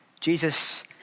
Jesus